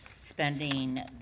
spending